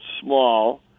small